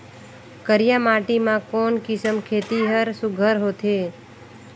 करिया माटी मा कोन किसम खेती हर सुघ्घर होथे?